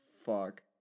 Fuck